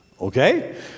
Okay